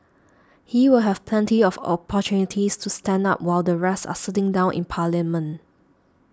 he will have plenty of opportunities to stand up while the rest are sitting down in parliament